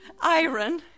iron